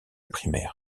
primaire